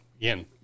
Again